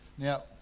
Now